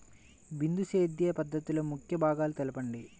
బిందు సేద్య పద్ధతిలో ముఖ్య భాగాలను తెలుపండి?